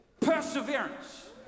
perseverance